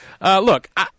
Look